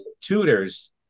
tutors